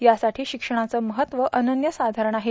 यासाठी शिक्षणाचे महत्व अनन्यसाधारण आहे